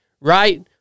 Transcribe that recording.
right